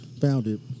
founded